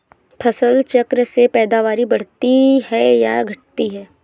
फसल चक्र से पैदावारी बढ़ती है या घटती है?